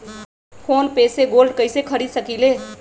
Phone पे से gold कईसे खरीद सकीले?